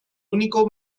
único